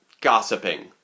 gossiping